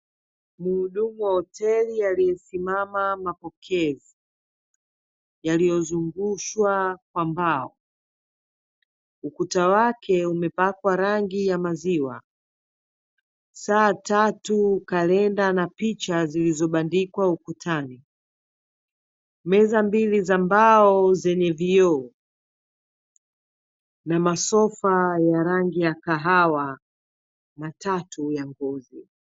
Mhudumu wa hoteli aliyesimama mapokezi, yaliyozungushwa kwa mbao, ukuta wake umepakwa rangi ya maziwa, saa tatu, kalenda na picha zilizobandikwa ukutani, meza mbili za mbao zenye vioo na masofa ya rangi ya kahawa matatu ya ngozi.